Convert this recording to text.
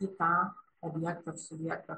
į tą objektą ar subjektą